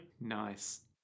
Nice